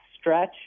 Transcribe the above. stretch